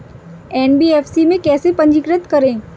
NBFC में कैसे पंजीकृत करें?